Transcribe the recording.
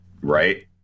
Right